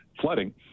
flooding